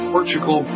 Portugal